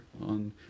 on